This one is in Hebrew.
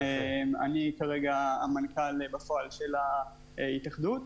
אני כרגע המנכ"ל בפועל של ההתאחדות,